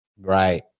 Right